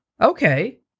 Okay